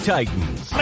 Titans